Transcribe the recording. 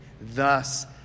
Thus